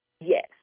Yes